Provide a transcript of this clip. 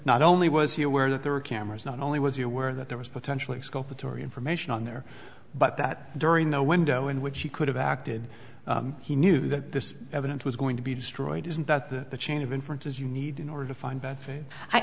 not only was he aware that there were cameras not only was he aware that there was potentially exculpatory information on there but that during the window in which he could have acted he knew that this evidence was going to be destroyed isn't that the chain of inference is you need in order to find